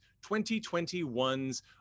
2021's